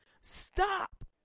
Stop